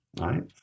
right